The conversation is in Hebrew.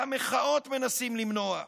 גם מחאות מנסים למנוע.